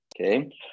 okay